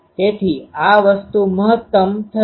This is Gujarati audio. તેથી આ વસ્તુ મહત્તમ થશે